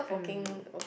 mm